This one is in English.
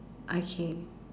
okay